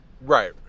Right